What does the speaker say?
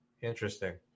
Interesting